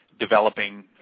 developing